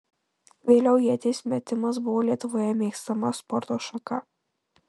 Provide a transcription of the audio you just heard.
vėliau ieties metimas buvo lietuvoje mėgstama sporto šaka